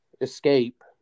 escape